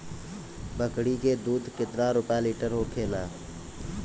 बकड़ी के दूध केतना रुपया लीटर होखेला?